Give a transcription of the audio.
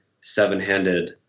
seven-handed